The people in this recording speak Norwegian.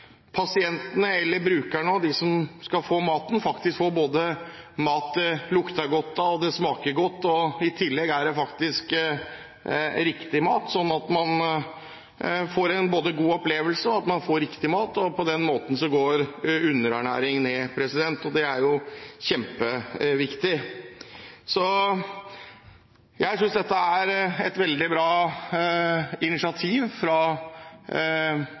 pasientene og brukerne, de som skal få maten, får mat som det både lukter godt av, som smaker godt, og i tillegg er det faktisk riktig mat. Slik får man både en god opplevelse og riktig mat, og på den måten går underernæringen ned, og det er kjempeviktig. Jeg synes dette er et veldig bra initiativ fra